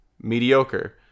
mediocre